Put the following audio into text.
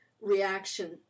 reaction